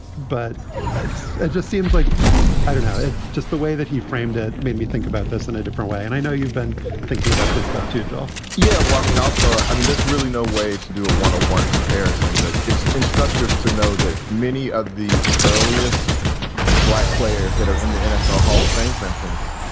but ah it just seems like i don't know. it just the way that he framed it made me think about this in a different way. and i know you've been thinking about this stuff, too, joe yeah. i mean, also i mean, there's really no way to do a one to one comparison, but it's instructive to know that many of the earliest black players that are in the nfl hall of fame, for instance,